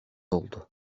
oldu